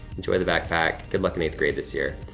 enjoy the backpack. good luck in eighth grade this year.